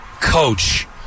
coach